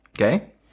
okay